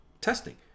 testing